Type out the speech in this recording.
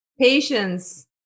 Patience